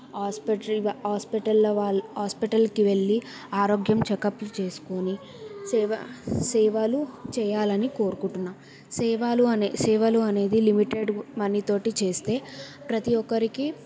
ఆస్పత్రి హాస్పటల్లా వాల్ హాస్పటల్కి వెళ్ళి ఆరోగ్యం చెకప్లు చేసుకుని సేవ సేవలు చెయ్యాలని కోరుకుంటున్నా సేవలు అనే సేవలు అనేవ లిమిటెడ్ మనీ తోటి చేస్తే ప్రతీ ఒకరికి